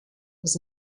was